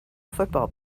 football